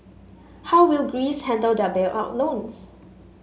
how will Greece handle their bailout loans